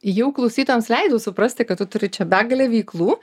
jau klausytojams leidau suprasti kad tu turi čia begalę veiklų